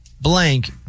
blank